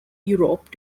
europe